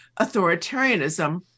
authoritarianism